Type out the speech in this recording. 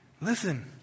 listen